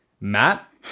Matt